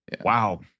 Wow